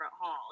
hall